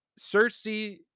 Cersei